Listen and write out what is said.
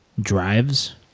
drives